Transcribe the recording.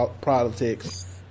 politics